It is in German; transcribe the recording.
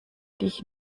dich